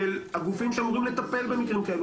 של הגופים שאמורים לטפל במקרים כאלו,